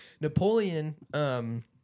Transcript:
Napoleon